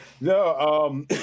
No